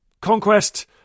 conquest